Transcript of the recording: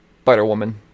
Spider-Woman